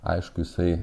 aišku jisai